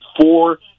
four